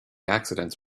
accidents